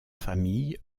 famille